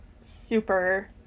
super